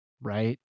right